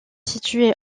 situé